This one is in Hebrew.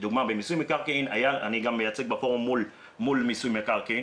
לדוגמה במיסוי מקרקעין אני מייצג גם בפורום מול מיסוי מקרקעין